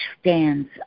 stands